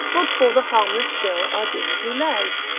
but for the harmless still our gins we lay.